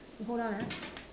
you hold on ah